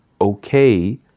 okay